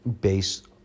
based